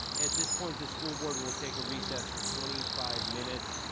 at this point the school board will take a recess for twenty five minutes.